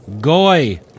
Goy